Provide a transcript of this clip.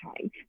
time